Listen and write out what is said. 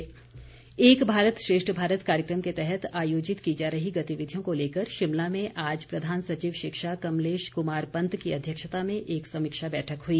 एक भारत श्रेष्ठ भारत एक भारत श्रेष्ठ भारत कार्यक्रम के तहत आयोजित की जा रही गतिविधियों को लेकर शिमला में आज प्रधान सचिव शिक्षा कमलेश कुमार पंत की अध्यक्षता में एक समीक्षा बैठक हुई